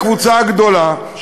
הקבוצה הגדולה,